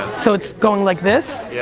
so it's going like this. yeah